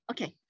Okay